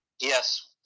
Yes